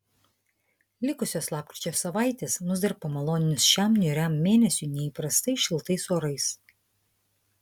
likusios lapkričio savaitės mus dar pamalonins šiam niūriam mėnesiui neįprastai šiltais orais